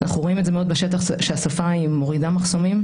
אנחנו רואים מאוד בשטח שהשפה מורידה מחסומים.